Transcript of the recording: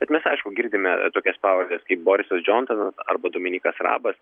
bet mes aišku girdime tokias pavardes kaip borisas džonsonas arba dominykas arabas